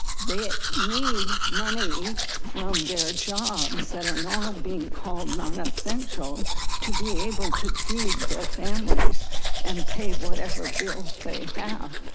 they need money from their jobs, they don't know how being called non essential to be able to feed their families and pay whatever bills they have.